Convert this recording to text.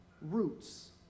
roots